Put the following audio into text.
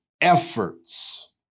efforts